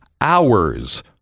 hours